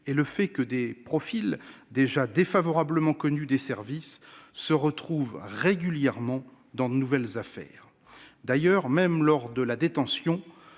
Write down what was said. et le fait que des profils déjà défavorablement connus des services se retrouvent régulièrement dans de nouvelles affaires. D'ailleurs, même lors de la détention,